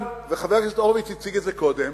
וחבר הכנסת הורוביץ הציג את זה קודם,